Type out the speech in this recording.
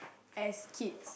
as kids